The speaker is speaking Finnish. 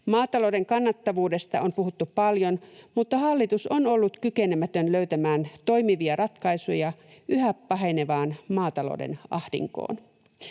Maatalouden kannattavuudesta on puhuttu paljon, mutta hallitus on ollut kykenemätön löytämään toimivia ratkaisuja yhä pahenevaan maatalouden ahdinkoon.